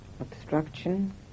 obstruction